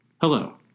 Hello